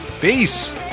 Peace